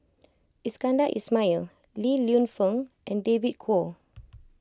Iskandar Ismail Li Lienfung and David Kwo